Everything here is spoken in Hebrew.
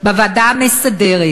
בוועדה המסדרת